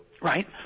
Right